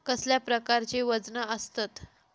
कसल्या प्रकारची वजना आसतत?